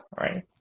Right